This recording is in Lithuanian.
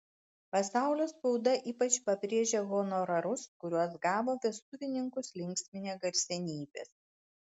pasaulio spauda ypač pabrėžia honorarus kuriuos gavo vestuvininkus linksminę garsenybės